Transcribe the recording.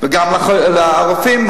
וגם לרופאים,